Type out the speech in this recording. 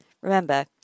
Remember